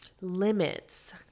limits